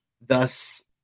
thus